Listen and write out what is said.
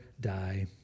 die